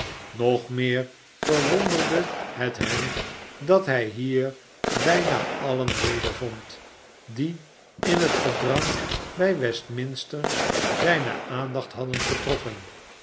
nog meer verwonderde het hem dat hij hier bijna alien wedervond die in het gedrang bij westminster zijne aandacht hadden getrokken